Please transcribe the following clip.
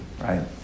right